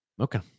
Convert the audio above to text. Okay